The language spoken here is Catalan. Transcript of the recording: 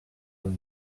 amb